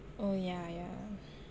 oh yah yah